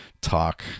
talk